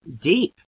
deep